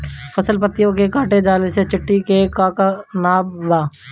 फसल पतियो के काटे वाले चिटि के का नाव बा?